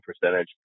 percentage